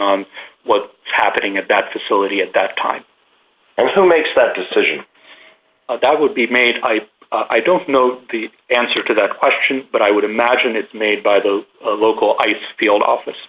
on what is happening at that facility at that time and who makes that decision that would be made i don't know the answer to that question but i would imagine it's made by the local ice field office